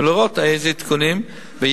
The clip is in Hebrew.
ולראות איזה עדכונים יש.